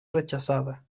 rechazada